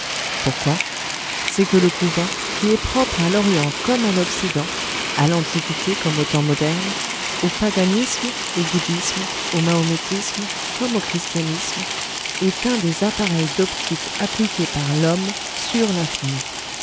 pourquoi c'est que le couvent qui est propre à l'orient comme à l'occident à l'antiquité comme aux temps modernes au paganisme au bouddhisme au mahométisme comme au christianisme est un des appareils d'optique appliqués par l'homme sur l'infini